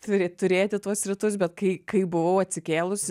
turi turėti tuos rytus bet kai kai buvau atsikėlusi